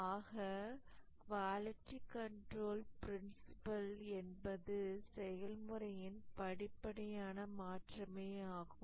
ஆக quality control principle என்பது செயல்முறையின் படிப்படியான மாற்றமே ஆகும்